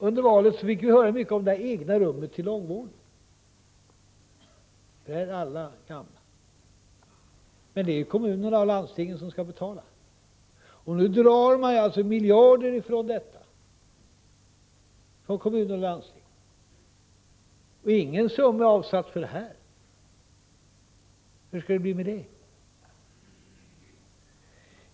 Under valet fick vi höra mycket om det egna rummet på långvården för alla gamla. Men det är ju kommuner och landsting som skall betala, och nu drar man miljarder från dem, och ingen summa är - avsatt för detta. Hur skall det bli med det egna rummet?